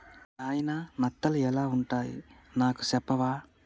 నాయిన నత్తలు ఎలా వుంటాయి నాకు సెప్పవా